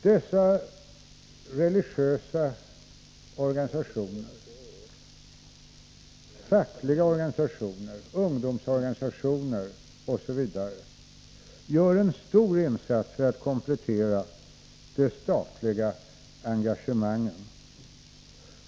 Dessa religiösa organisationer, fackliga organisationer, ungdomsorganisationer osv. gör en stor insats när det gäller att komplettera det statliga engagemanget.